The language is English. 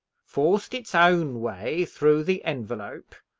forced its own way through the envelope,